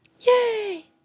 Yay